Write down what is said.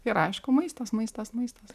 ir aišku maistas maistas maistas